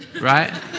right